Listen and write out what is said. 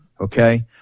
Okay